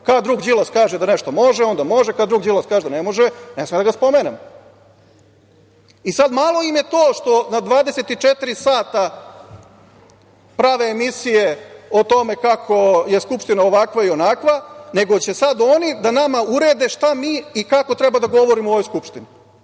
Kada drug Đilas kaže da nešto može, onda može, kad drug Đilas kaže da ne može, ne smemo da ga spomenemo. Malo im je to što na 24 sata prave emisije o tome kako je Skupština ovakva i onakva, nego će sad oni da nama urede šta mi i kako treba da govorimo u ovoj Skupštini.